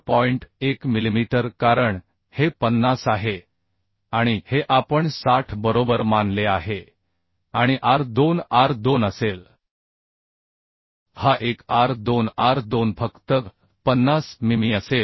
1 millimetre कारण हे 50 आहे आणि हे आपण 60 बरोबर मानले आहे आणि r2 r2 असेल हा एक r2 r2 फक्त 50 मिमी असेल